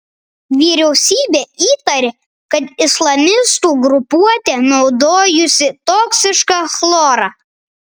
vyriausybė įtaria kad islamistų grupuotė naudojusi toksišką chlorą